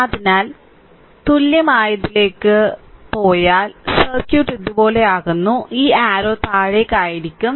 അതിനാൽ തുല്യമായതിലേക്ക് പോയാൽ സർക്യൂട്ട് ഇതുപോലെയാകുന്നു ഈ അരരൌ താഴേക്ക് ആയിരിക്കും